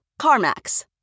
CarMax